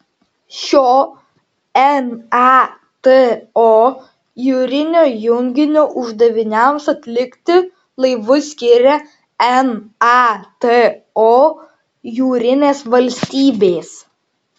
šio nato jūrinio junginio uždaviniams atlikti laivus skiria nato jūrinės valstybės